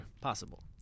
possible